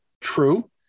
True